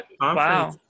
wow